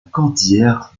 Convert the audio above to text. cordillère